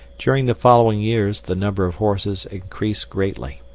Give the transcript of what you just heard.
during the following years, the number of horses increased greatly.